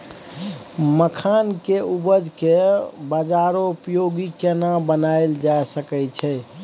मखान के उपज के बाजारोपयोगी केना बनायल जा सकै छै?